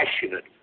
passionate